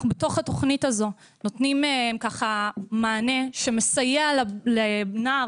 אנחנו בתוך התוכנית הזו נותנים מענה שמסייע לנער